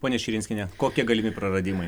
ponia širinskiene kokie galimi praradimai